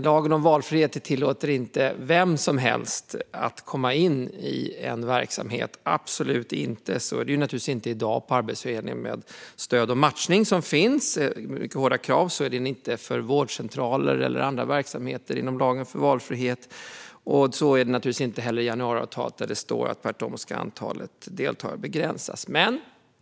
Lagen om valfrihet tillåter inte vem som helst att komma in i en verksamhet - absolut inte! Så är det naturligtvis inte i dag på Arbetsförmedlingen med stöd och matchning, där det finns mycket höga krav. Så är det inte på vårdcentraler eller andra verksamheter inom lagen om valfrihet, och så är det naturligtvis inte heller i januariavtalet. Tvärtom står det där att antalet deltagare ska begränsas.